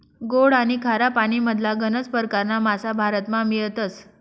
गोड आनी खारा पानीमधला गनज परकारना मासा भारतमा मियतस